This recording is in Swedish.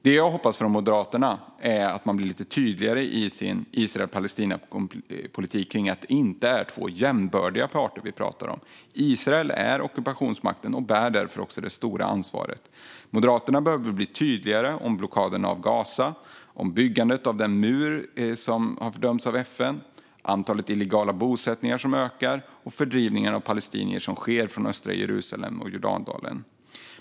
Det jag hoppas från Moderaterna är att man i sin politik för Israel-Palestina blir lite tydligare kring att det inte är två jämbördiga parter vi pratar om. Israel är ockupationsmakten och bär därför det stora ansvaret. Moderaterna behöver bli tydligare om blockaden av Gaza, om byggandet av den mur som har fördömts av FN, om antalet illegala bosättningar som ökar och om den fördrivning av palestinier som sker från östra Jerusalem och Jordandalen.